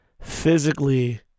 physically